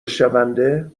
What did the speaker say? شونده